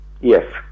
Yes